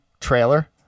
trailer